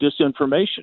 disinformation